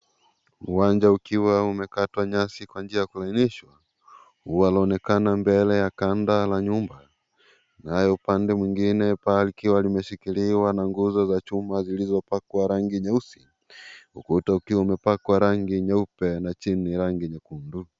Uwanja ukiwa umekatwa nyasi kwa njia ya kulainishwa, ya inaonekana mbele ya kanda la nyumba Nye upande mwingine paa ikiwa limeshikiliwa na nguzi za chuma Zilizo pakwa rangi nyeusi, ukuta ukiwa umepakwa rangi nyeupe na chini rangi nyekundu.